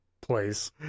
place